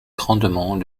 grandement